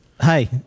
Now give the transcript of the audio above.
Hi